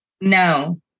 No